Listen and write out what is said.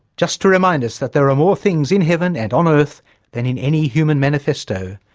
just to remind us that there are more things in heaven and on earth than in any human manifesto,